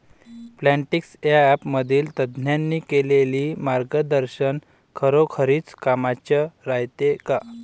Plantix या ॲपमधील तज्ज्ञांनी केलेली मार्गदर्शन खरोखरीच कामाचं रायते का?